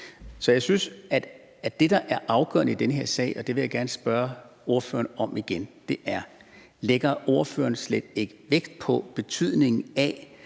Så jeg synes, at det, der er afgørende i den her sag, og det vil jeg gerne spørge ordføreren om igen, er: Lægger ordføreren slet ikke vægt på betydningen af,